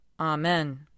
Amen